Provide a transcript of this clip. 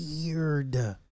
weird